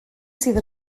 sydd